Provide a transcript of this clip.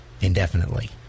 indefinitely